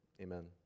amen